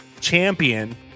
champion